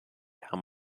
how